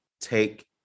Take